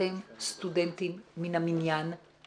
אתם סטודנטים מן המניין,